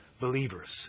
believers